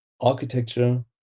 architecture